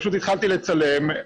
פשוט התחלתי לצלם,